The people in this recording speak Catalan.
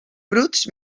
bruts